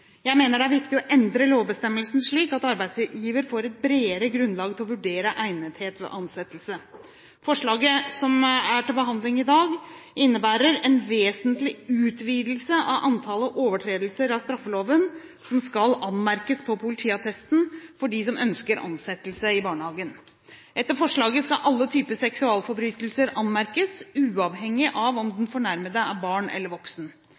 Jeg mener det er viktig å endre lovbestemmelsen slik at arbeidsgiver får et bredere grunnlag til å vurdere egnethet ved ansettelse. Forslaget som er til behandling i dag, innebærer en vesentlig utvidelse av antallet overtredelser av straffeloven som skal anmerkes på politiattesten for dem som ønsker ansettelse i barnehagen. Etter forslaget skal alle typer seksualforbrytelser anmerkes, uavhengig av om den fornærmede er barn eller voksen.